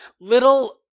little